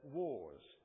wars